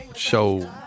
show